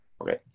Okay